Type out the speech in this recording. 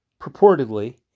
purportedly